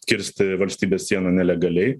kirsti valstybės sieną nelegaliai